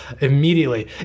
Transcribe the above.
immediately